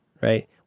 Right